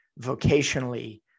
vocationally